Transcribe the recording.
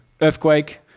Earthquake